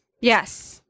Yes